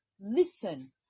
listen